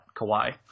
Kawhi